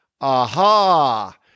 Aha